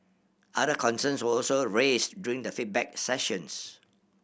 other concerns were also raised during the feedback sessions